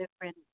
different